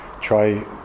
try